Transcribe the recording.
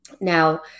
Now